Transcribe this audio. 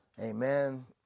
Amen